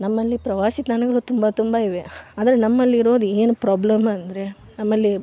ನಮ್ಮಲ್ಲಿ ಪ್ರವಾಸಿ ತಾಣಗಳು ತುಂಬ ತುಂಬ ಇವೆ ಆದರೆ ನಮ್ಮಲ್ಲಿರೋದು ಏನು ಪ್ರಾಬ್ಲಮ್ ಅಂದರೆ ನಮ್ಮಲ್ಲಿ